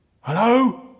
Hello